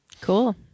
Cool